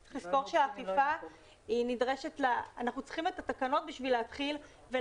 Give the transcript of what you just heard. אנחנו צריכים את התקנות בשביל להתחיל את